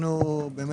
אנחנו באמת,